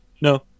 no